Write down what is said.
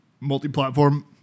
multi-platform